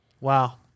Wow